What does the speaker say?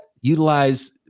Utilize